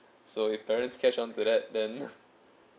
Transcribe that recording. so if parents catch on to that then